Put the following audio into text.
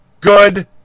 good